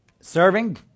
Serving